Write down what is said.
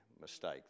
mistake